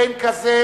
אין כזה.